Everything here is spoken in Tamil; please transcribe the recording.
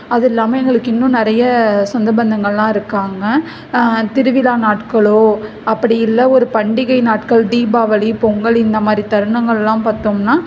அது இல்லாமல் எங்களுக்கு இன்னும் நிறைய சொந்தபந்தங்கள்லாம் இருக்காங்கள் திருவிழா நாட்களோ அப்படி இல்லை ஒரு பண்டிகை நாட்கள் தீபாவளி பொங்கல் இந்த மாதிரி தருணங்கள்லாம் பார்த்தோம்னா